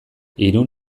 irun